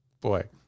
boy